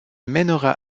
mènera